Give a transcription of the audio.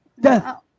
Death